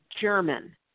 German